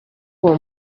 uwo